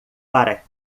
para